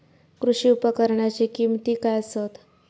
कृषी उपकरणाची किमती काय आसत?